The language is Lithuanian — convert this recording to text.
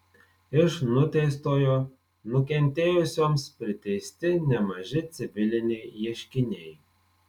iš nuteistojo nukentėjusioms priteisti nemaži civiliniai ieškiniai